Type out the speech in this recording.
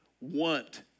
want